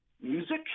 Music